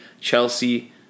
Chelsea